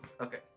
Okay